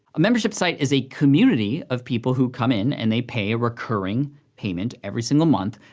a membership site is a community of people who come in, and they pay a recurring payment, every single month,